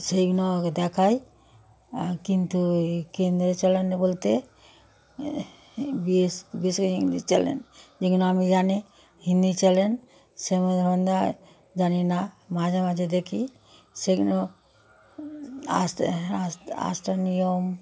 সেগুলো দেখায় কিন্তু এই কেন্দ্রে চ্যানেলে বলতে এই বিশ বিশেষ করে ইংলিশ চ্যানেল যেগুলো আমি জানি হিন্দি চ্যানেল সেরকম জানি না মাঝে মাঝে দেখি সেগুলো আসতে আসতে আস্থা নিয়ম